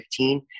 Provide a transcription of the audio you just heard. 2015